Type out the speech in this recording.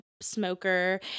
smoker